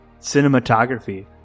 cinematography